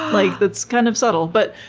like it's kind of subtle. but